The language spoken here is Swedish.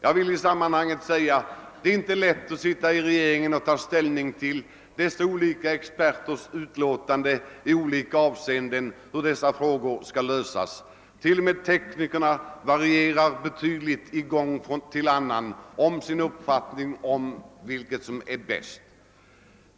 Jag vill i sammanhanget säga att det minsann inte är lätt att sitta i regeringen och ta ställning till experternas utlåtanden om hur dessa frågor skall lösas, när t.o.m. teknikernas uppfattning varierar starkt från gång till annan i sin bedömning av vad som är det bästa.